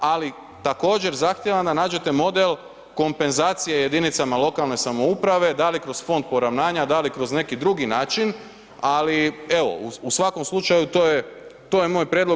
Ali također zahtijevam da nađete model kompenzacije jedinicama lokalne samouprave da li kroz Fond poravnanja, da li kroz neki drugi način, ali evo u svakom slučaju to je moj prijedlog.